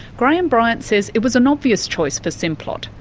graham bryant says it was an obvious choice for simplot,